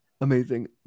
Amazing